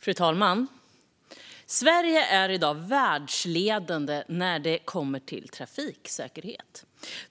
Fru talman! Sverige är i dag världsledande när det gäller trafiksäkerhet.